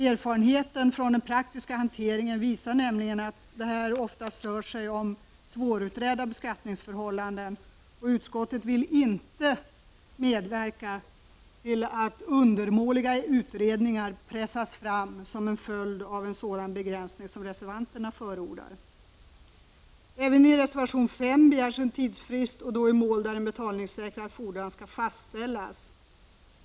Erfarenheten från den praktiska hanteringen visar nämligen att det oftast rör sig om svårutredda beskattningsförhållanden, och utskottet vill inte medverka till att undermåliga utredningar pressas fram som en följd av en sådan begränsning som reservanterna förordar. Även i reservation 5 begärs en tidsfrist och då i mål där en betalningssäkrad fordran skall fastställas.